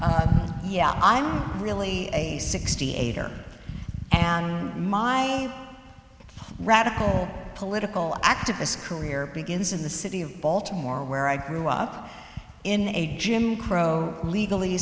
t yeah i'm really sixty eight and my radical political activists career begins in the city of baltimore where i grew up in a jim crow legally